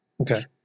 Okay